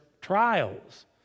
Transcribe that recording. trials